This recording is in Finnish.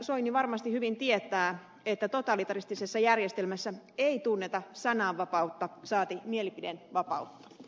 soini varmasti hyvin tietää että totalitaristisessa järjestelmässä ei tunneta sananvapautta saati mielipidevapautta